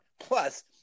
Plus